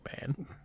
man